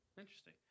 Interesting